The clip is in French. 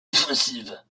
offensive